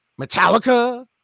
Metallica